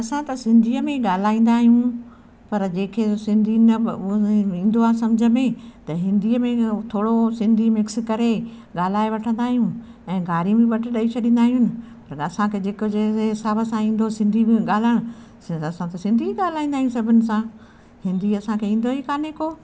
असां त सिंधीअ में ॻालाईंदा आहियूं पर जंहिंखे जो सिंधी न ईंदो आहे त हिंदीअ में ओ थोरो सिंधी मिक्स करे ॻाल्हाए वठंदा आहियूं ऐं गारियूं बि ॿ टे ॾई छ्ॾींदा आहियूं न पर असांखे जेको जहिड़े हिसाब सां ईंदो सिंधी में ॻाल्हाइण असां त सिंधी ॻालाईंदा आहियूं सभिनि सां हिंदी असांखे ईंदो ई कान्हे को